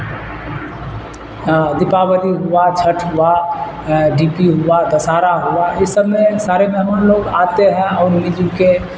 ہاں دیپاولی ہوا چھٹھ ہوا ڈی پی ہوا دسہرہ ہوا یہ سب میں سارے مہمان لوگ آتے ہیں اور مل جل کے